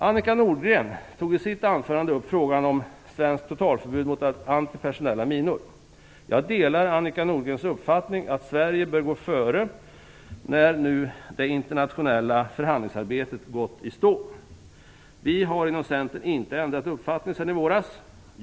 Annika Nordgren tog i sitt anförande upp frågan om svenskt totalförbud mot att använda antipersonella minor. Jag delar Annika Nordgrens uppfattning att Sverige bör gå före när det internationella förhandlingsarbetet nu gått i stå. Vi har inom Centern inte ändrat uppfattning sedan i våras.